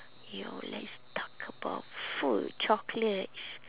yo let's talk about food chocolates